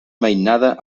mainada